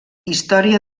història